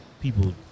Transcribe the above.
people